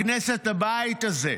הכנסת, הבית הזה,